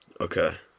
Okay